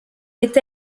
est